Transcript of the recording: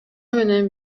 менен